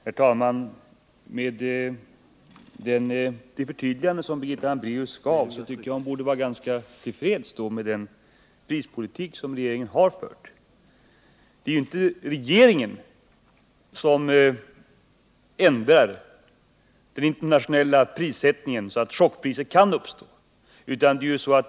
Herr talman! Med det förtydligande som Birgitta Hambraeus gav tycker jag att hon bör vara ganska till freds med den prispolitik som regeringen har fört. Det är inte regeringen som ändrar den internationella prissättningen så att prischocker kan uppstå.